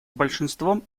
большинством